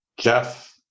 Jeff